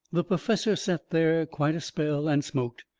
the perfessor set there quite a spell and smoked.